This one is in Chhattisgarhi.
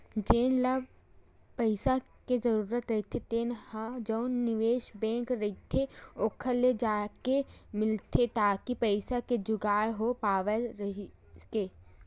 जेन ल पइसा के जरूरत रहिथे तेन ह जउन निवेस बेंक रहिथे ओखर ले जाके मिलथे ताकि पइसा के जुगाड़ हो पावय कहिके